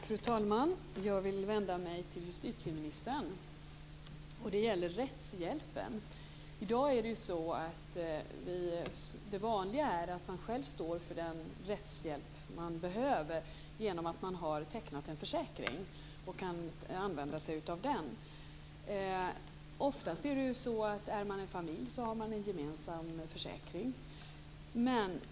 Fru talman! Jag vill vända mig till justitieministern, och det gäller rättshjälpen. Det vanliga är i dag att man själv står för den rättshjälp man behöver, genom att man har tecknat en försäkring och kan använda sig av den. En familj har oftast en gemensam försäkring.